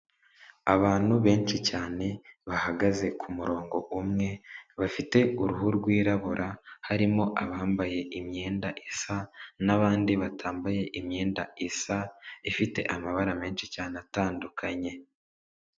Abantu benshi cyane bahagaze ku murongo umwe bafite uruhu rwirabura harimo abambaye imyenda isa n'abandi batambaye imyenda isa, ifite amabara menshi cyane atandukanye.